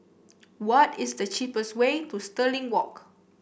what is the cheapest way to Stirling Walk